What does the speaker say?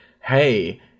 Hey